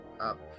up